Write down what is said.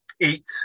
Eat